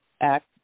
Act